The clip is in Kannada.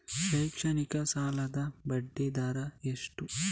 ಶೈಕ್ಷಣಿಕ ಸಾಲದ ಬಡ್ಡಿ ದರ ಎಷ್ಟು?